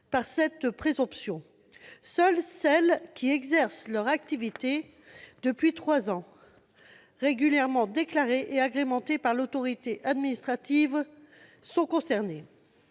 de cette présomption. Seules celles qui exercent leur activité depuis trois ans au moins, qui sont régulièrement déclarées et agréées par l'autorité administrative, sont concernées.